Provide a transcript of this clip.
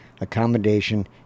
accommodation